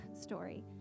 story